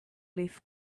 leaf